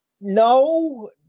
no